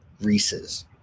reese's